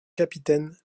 capitaine